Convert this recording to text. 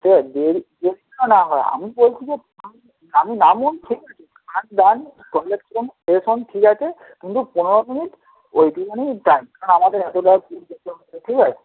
ঠিক আছে দেরি বেশি যেন না হয় আমি বলছি যে আপনি নামুন ঠিক আছে খান দান টয়লেট করুন ফ্রেশ হন ঠিক আছে কিন্তু পনেরো মিনিট ওইটুখানিই টাইম কারণ আমাদের এতটা ফিরে যেতে হবে ঠিক আছে